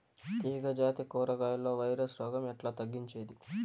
తీగ జాతి కూరగాయల్లో వైరస్ రోగం ఎట్లా తగ్గించేది?